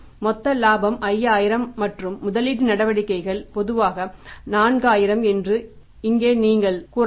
மொத்த இலாபம் 5000 மற்றும் முதலீட்டு நடவடிக்கைகள் பொதுவாக 4000 என்று இங்கே நீங்கள் கூறலாம்